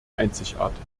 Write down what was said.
einzigartig